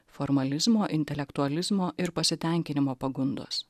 formalizmo intelektualizmo ir pasitenkinimo pagundos